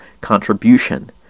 contribution